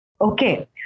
Okay